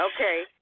Okay